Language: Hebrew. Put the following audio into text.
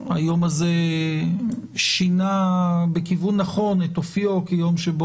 היום הזה שינה בכיוון נכון את אופיו כיום שבו